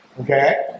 Okay